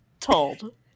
told